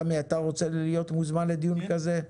סמי, אתה רוצה להיות מוזמן לדיון כזה?